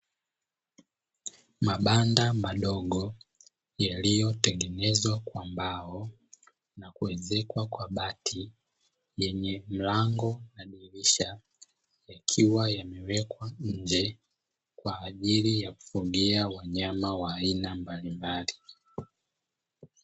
Mabanda madogo yaliyotengenezwa kwa mbao na kuezekwa kwa bati, yenye mlango na dirisha ikiwa yamewekwa nje kwa ajili ya kufugia wanyama wa aina mbalimbali.